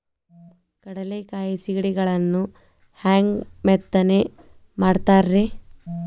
ಕಡಲೆಕಾಯಿ ಸಿಗಡಿಗಳನ್ನು ಹ್ಯಾಂಗ ಮೆತ್ತನೆ ಮಾಡ್ತಾರ ರೇ?